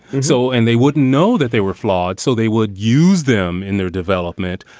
and so and they wouldn't know that they were flawed, so they would use them in their development.